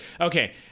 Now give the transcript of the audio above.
okay